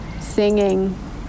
singing